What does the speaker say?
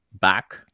back